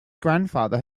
grandfather